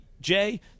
Jay